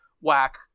whack